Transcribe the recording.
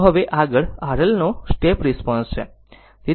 તો હવે આગળ RL સર્કિટ નો સ્ટેપ રિસ્પોન્સ છે